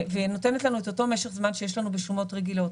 ונותנת לנו את אותו משך זמן שיש לנו בשומות רגילות,